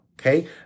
Okay